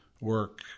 work